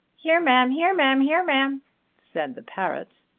heremam, heremam, heremam, said the parrot.